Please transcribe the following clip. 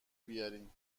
بیارین